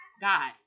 God